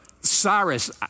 Cyrus